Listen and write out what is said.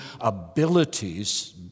abilities